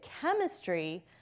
chemistry